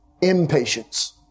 impatience